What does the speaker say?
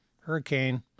hurricane